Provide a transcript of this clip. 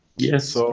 yes. so